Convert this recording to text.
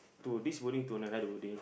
to this building to another building